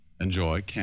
enjoy